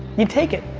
you'd take it.